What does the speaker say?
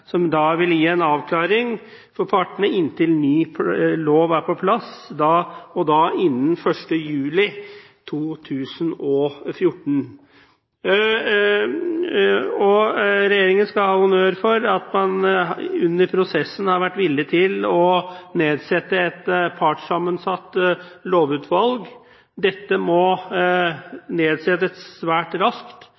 vil gi en avklaring for partene inntil ny lov er på plass innen 1. juli 2014. Regjeringen skal ha honnør for at man under prosessen har vært villig til å nedsette et partssammensatt lovutvalg. Dette må